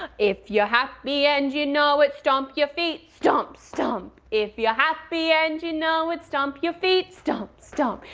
ah if you're happy and you know it stomp your feet stomp, stomp. if you're happy and you know it stomp your feet stomp, stomp.